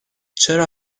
چرا